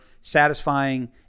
satisfying